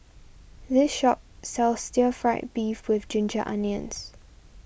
this shop sells Stir Fried Beef with Ginger Onions